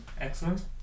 excellent